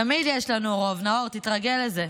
תמיד יש לנו רוב, נאור, תתרגל לזה.